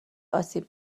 آسیب